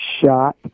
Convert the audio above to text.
shot